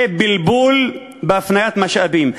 בלבול בהפניית משאבים.